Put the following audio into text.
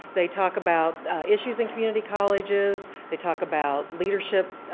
they talk about issues in community colleges. they talk about leadership,